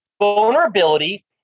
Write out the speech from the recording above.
Vulnerability